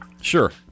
Sure